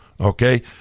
okay